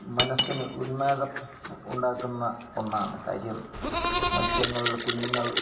മനസ്സിന് ഉന്മാദം ഉണ്ടാക്കുന്ന ഒന്നാണ് കാര്യം മൽസ്യങ്ങൾ കുഞ്ഞുങ്ങൾ